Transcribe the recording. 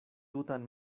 tutan